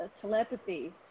telepathy